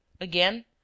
Again